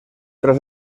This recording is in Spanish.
tras